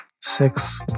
six